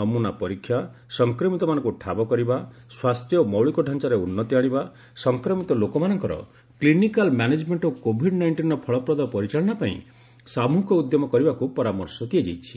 ନମୁନା ପରୀକ୍ଷା ସଂକ୍ରମିତମାନଙ୍କୁ ଠାବ କରିବା ସ୍ୱାସ୍ଥ୍ୟ ଓ ମୌଳିକ ଡାଞ୍ଚାରେ ଉନ୍ତି ଆଣିବା ସଂକ୍ରମିତ ଲୋକମାନଙ୍କର କୁନିକାଲ୍ ମ୍ୟାନେଜ୍ମେଣ୍ଟ ଓ କୋଭିଡ୍ ନାଇଷ୍ଟିନ୍ର ଫଳପ୍ରଦ ପରିଚାଳନା ପାଇଁ ସାମୁହିକ ଉଦ୍ୟମ କରିବାକୁ ପରାମର୍ଶ ଦିଆଯାଇଛି